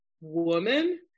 woman